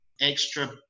extra